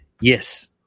Yes